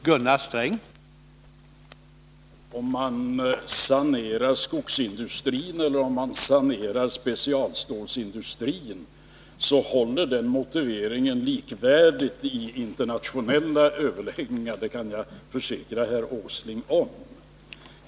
Herr talman! Om man sanerar skogsindustrin eller om man sanerar specialstålsindustrin håller motiveringen likvärdigt i internationella överläggningar — det kan jag försäkra herr Åsling.